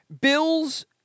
Bills